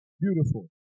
Beautiful